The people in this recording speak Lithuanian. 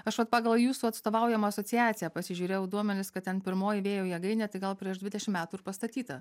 aš vat pagal jūsų atstovaujamą asociaciją pasižiūrėjau duomenis kad ten pirmoji vėjo jėgainė tai gal prieš dvidešim metų pastatyta